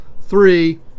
three